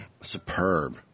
superb